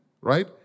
right